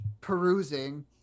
perusing